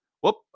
whoop